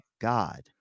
God